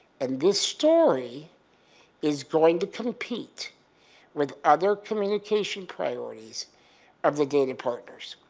and this story is going to compete with other communication priorities of the data partners.